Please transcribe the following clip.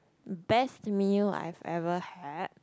best meal I've ever had